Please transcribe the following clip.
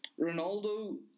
Ronaldo